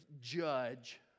judge